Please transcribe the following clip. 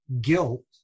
guilt